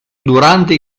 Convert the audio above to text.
durante